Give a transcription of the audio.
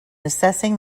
assessing